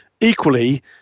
equally